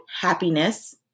happiness